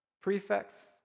prefects